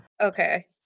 Okay